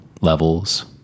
levels